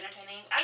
entertaining